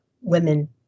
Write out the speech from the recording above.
women